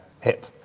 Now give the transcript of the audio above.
hip